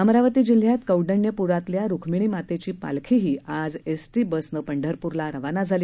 अमरावती जिल्ह्यात कौंडण्यप्रातल्या रुक्मिणीमातेची पालखीही आज एसटी बसनं पंढरप्रला रवाना झाली